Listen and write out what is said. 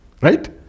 Right